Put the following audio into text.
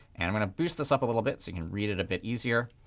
and i'm going to boost this up a little bit so you can read it a bit easier.